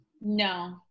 No